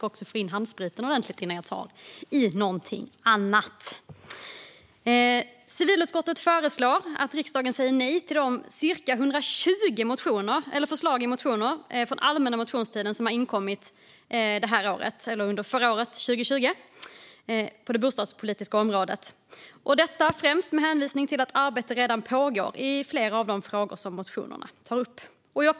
Civilutskottet föreslår att riksdagen säger nej till de cirka 120 förslag i motioner från allmänna motionstiden som kom in 2020 på det bostadspolitiska området, främst med hänvisning till att arbete redan pågår i flera av de frågor som tas upp i motionerna.